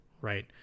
right